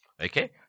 Okay